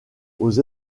aux